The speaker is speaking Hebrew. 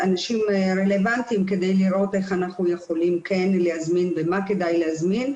אנשים רלוונטיים כדי לראות איך אנחנו יכולים כן להזמין ומה כדאי להזמין.